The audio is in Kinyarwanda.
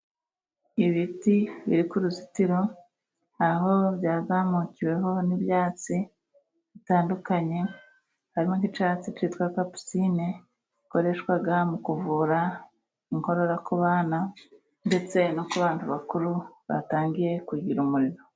Ibiti biri ku ruzitiro, aho byazamukiweho n'ibyatsi bitandukanye, harimo nk'icyatsi cyitwa capusine gikoreshwa mu kuvura inkorora ku bana, ndetse no ku bantu bakuru batangiye kugira umuriro.